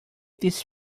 this